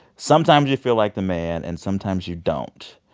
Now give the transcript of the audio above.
sometimes you feel like the man, and sometimes you don't.